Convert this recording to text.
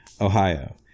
Ohio